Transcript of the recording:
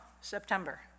September